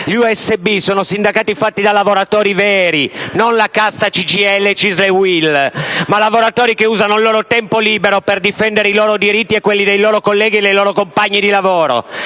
gli USB sono sindacati fatti da lavoratori veri, non la casta CGIL, CISL e UIL. Sono lavoratori che usano il loro tempo libero per difendere i loro diritti e quelli dei loro colleghi e dei loro compagni di lavoro.